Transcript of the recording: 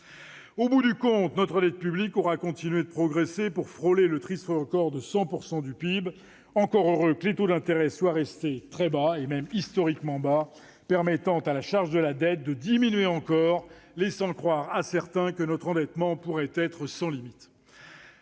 Au bout du compte, notre dette publique aura continué de progresser, pour frôler le triste record de 100 % du PIB. Encore heureux que les taux d'intérêt soient restés très bas, historiquement bas, permettant à la charge de la dette de diminuer encore, laissant croire à certains que notre endettement pourrait être sans limites.